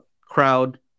crowd